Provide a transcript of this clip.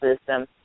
system